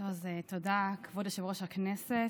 תודה, כבוד יושב-ראש הכנסת,